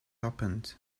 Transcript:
opened